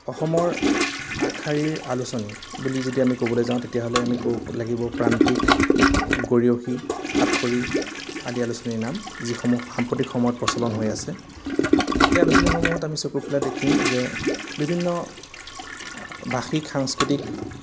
অসমৰ আগশাৰীৰ আলোচনী বুলি যদি আমি ক'বলৈ যাওঁ তেতিয়াহ'লে আমি ক'ব লাগিব প্ৰান্তিক গৰীয়সী সাতসৰী আদি আলোচনীৰ নাম যিসমূহ সাম্প্ৰতিক সময়ত প্ৰচলন হৈ আছে এই আলোচনীসমূহত আমি চকুৰ ফুৰালে দেখিম যে বিভিন্ন ভাষিক সাংস্কৃতিক